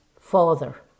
father